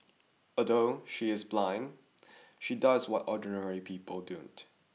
although she is blind she does what ordinary people don't